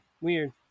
weird